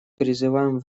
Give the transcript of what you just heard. призываем